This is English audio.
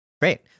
Great